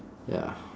ya